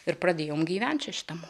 ir pradėjome gyventi čia šitam